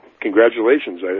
Congratulations